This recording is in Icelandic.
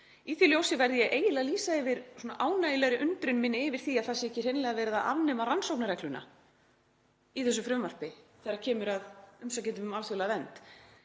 Í því ljósi verð ég eiginlega að lýsa yfir ánægjulegri undrun minni yfir því að það sé ekki hreinlega verið að afnema rannsóknarregluna í þessu frumvarpi þegar kemur að umsækjendum um alþjóðlega vernd.